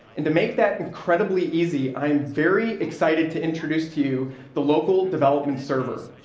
and to make that incredibly easy, i am very excited to introduce to you the local development server.